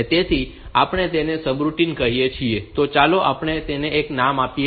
તેથી આપણે તેને આ સબરૂટિન કહીએ છીએ તો ચાલો આપણે તેને એક નામ આપીએ